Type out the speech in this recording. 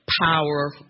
power